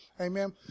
Amen